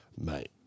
mate